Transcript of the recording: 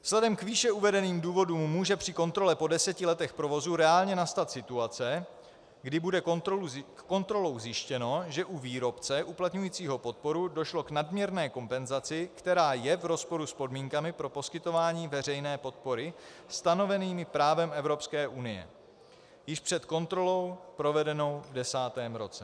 Vzhledem k výše uvedeným důvodům může při kontrole po deseti letech provozu reálně nastat situace, kdy bude kontrolou zjištěno, že u výrobce uplatňujícího podporu došlo k nadměrné kompenzaci, která je v rozporu s podmínkami pro poskytování veřejné podpory stanovenými právem Evropské unie, již před kontrolou provedenou v desátém roce.